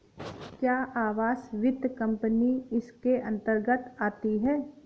क्या आवास वित्त कंपनी इसके अन्तर्गत आती है?